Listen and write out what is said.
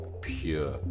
pure